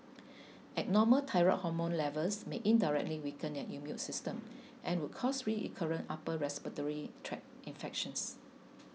abnormal thyroid hormone levels may indirectly weaken your immune system and would cause recurrent upper respiratory tract infections